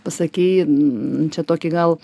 pasakei čia tokį gal